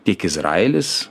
tiek izraelis